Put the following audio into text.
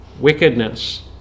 wickedness